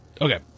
Okay